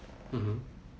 mmhmm